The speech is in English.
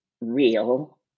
real